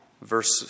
verse